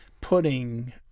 putting